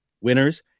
winners